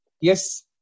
Yes